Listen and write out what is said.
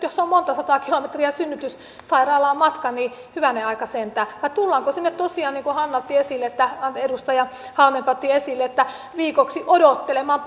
jos on monta sataa kilometriä synnytyssairaalaan matkaa niin hyvänen aika sentään vai tullaanko sinne tosiaan niin kuin edustaja halmeenpää otti esille viikoksi odottelemaan